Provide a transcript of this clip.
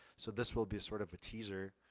so, this will be sort of a teaser,